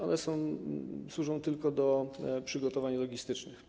One służą tylko do przygotowań logistycznych.